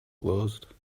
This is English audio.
closed